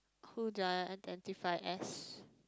cool down identify as